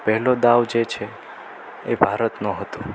પેહલો દાવ જે છે એ ભારતનો હતો